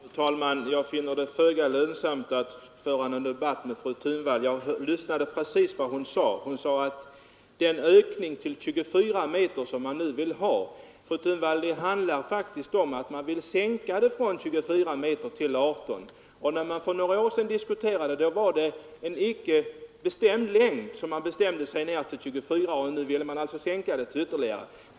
Fru talman! Jag finner det föga lönsamt att föra någon debatt med fru Thunvall. Hon talade om ”den ökning till 24 meter som man nu vill ha”. Fru Thunvall! Det handlar faktiskt om att man vill sänka den tillåtna längden från 24 meter till 18 meter. När den nuvarande bestämmelsen infördes för några år sedan fanns det inte någon bestämmelse om hur långa fordonen fick vara, och man införde då 24-meterslängden. Nu vill man minska den längden ytterligare.